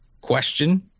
question